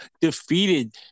defeated